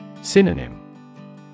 Synonym